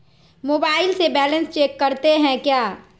Mobile से balance check करते हैं क्या?